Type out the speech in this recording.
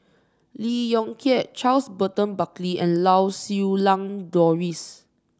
Lee Yong Kiat Charles Burton Buckley and Lau Siew Lang Doris